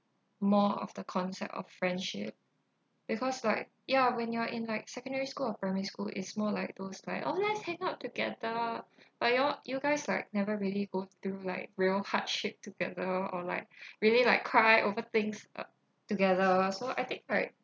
more of the concept of friendship because like ya when you're in like secondary school or primary school it's more like those like oh let's hang out together like you all you guys like never really go through like real hardship together or like really like cry over things a~ together so I think like